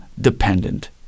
dependent